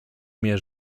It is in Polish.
mnie